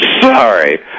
Sorry